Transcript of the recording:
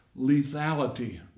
lethality